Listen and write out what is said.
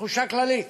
כתחושה כללית,